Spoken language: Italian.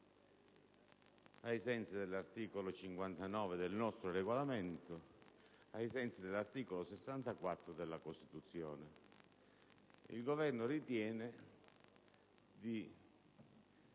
ai sensi dell'articolo 59 del nostro Regolamento, nonché ai sensi dell'articolo 64 della Costituzione. Il Governo ritiene di